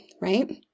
right